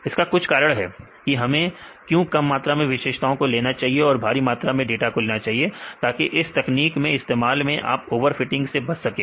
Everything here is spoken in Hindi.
इसका कुछ कारण है कि हमें क्यों कम मात्रा में विशेषताओं को लेना चाहिए और भारी मात्रा में डाटा को लेना चाहिए ताकि इस तकनीक के इस्तेमाल से आप ओवरफिटिंग से बच सकें